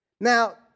Now